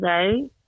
today